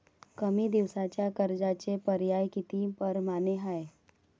कमी दिसाच्या कर्जाचे पर्याय किती परमाने हाय?